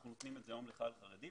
אנחנו נותנים את זה היום לחייל חרדי,